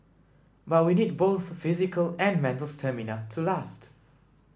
but we need both physical and mental stamina to last